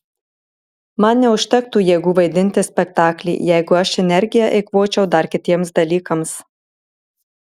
man neužtektų jėgų vaidinti spektaklį jeigu aš energiją eikvočiau dar kitiems dalykams